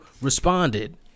responded